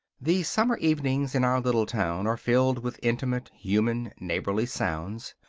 the summer evenings in our little town are filled with intimate, human, neighborly sounds.